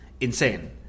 insane